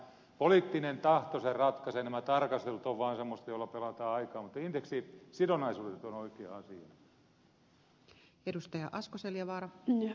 poliittinen tahto sen ratkaisee nämä tarkastelut ovat vaan semmoisia joilla pelataan aikaa mutta indeksisidonnaisuudet ovat oikea asia